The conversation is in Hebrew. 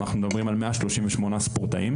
אנחנו מדברים על 138 ספורטאים